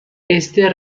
este